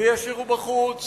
וישאירו בחוץ